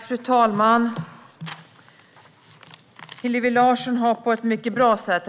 Fru talman! Hillevi Larsson har på ett mycket bra sätt